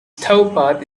towpath